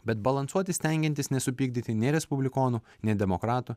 bet balansuoti stengiantis nesupykdyti nei respublikonų nei demokratų